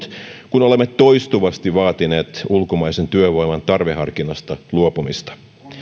kun olemme toistuvasti vaatineet ulkomaisen työvoiman tarveharkinnasta luopumista